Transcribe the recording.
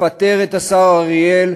לפטר את השר אריאל,